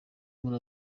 muri